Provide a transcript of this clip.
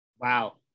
Wow